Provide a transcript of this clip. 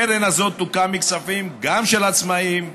הקרן הזאת תוקם מכספים גם של עצמאים,